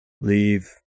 leave